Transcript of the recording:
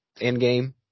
Endgame